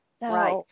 Right